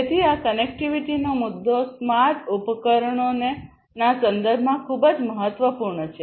તેથી આ કનેક્ટિવિટીનો મુદ્દો સ્માર્ટ ઉપકરણોના સંદર્ભમાં ખૂબ જ મહત્વપૂર્ણ છે